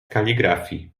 kaligrafii